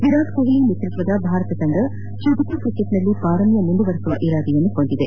ವಿರಾಟ್ ಕೊಟ್ಲಿ ನೇತೃತ್ವದ ಭಾರತ ತಂಡ ಚುಟುಕು ಕ್ರಿಕೆಟ್ನಲ್ಲಿ ಪಾರಮ್ಯ ಮುಂದುವರಿಸುವ ಇರಾದೆ ಹೊಂದಿದೆ